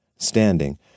Standing